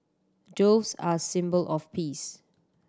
doves are symbol of peace